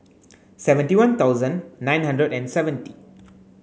seventy one thousand nine hundred and seventy